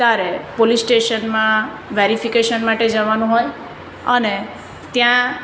તારે પોલીસ સ્ટેશનમાં વેરિફિકેશન માટે જવાનું હોય અને ત્યાં